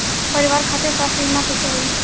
परिवार खातिर स्वास्थ्य बीमा कैसे होई?